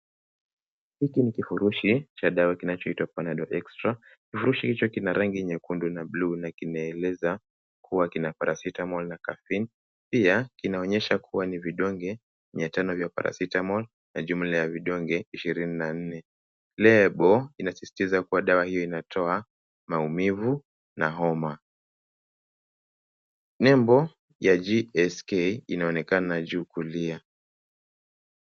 Hiki ni kifurushi cha dawa inayoitwa panadol extra. Kifurushi hicho kina rangi nyekundu na buluu na kinaonyesha kuwa kina paracetamol na caffeine. Pia kinaonyesha kuwa ni vidonge mia tano vya paracetamol na jumla ya vidonge ishirini na nne. Lebo inasisitiza kuwa dawa hioinatoa maumivu na homa. Nembo ya GSK inaonekana juu kulia.